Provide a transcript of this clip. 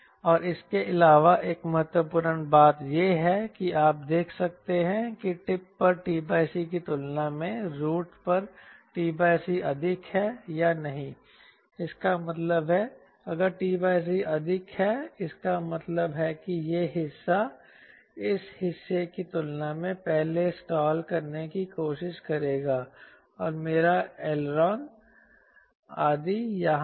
और इसके अलावा एक महत्वपूर्ण बात यह है कि आप यह देख सकते हैं कि टिप पर t c की तुलना में रूट पर t c अधिक है या नहीं इसका मतलब है अगर t c अधिक है इसका मतलब है कि यह हिस्सा इस हिस्से की तुलना में पहले स्टाल करने की कोशिश करेगा और मेरा एलेरॉन आदि यहां है